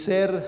Ser